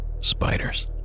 spiders